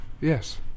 Yes